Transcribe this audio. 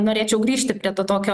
norėčiau grįžti prie to tokio